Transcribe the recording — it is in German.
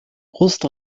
brust